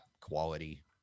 quality